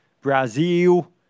Brazil